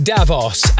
Davos